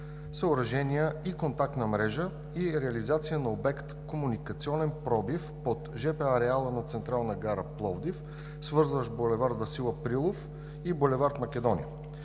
съоръжения и контактна мрежа и реализация на обект „Комуникационен пробив“ под жп ареала на Централна гара – Пловдив, свързващ булевард „Васил Априлов“ и булевард „Македония“.